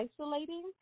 isolating